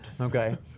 Okay